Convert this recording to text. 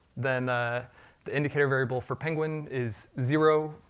then ah the indicator variable for penguin is zero,